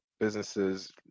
businesses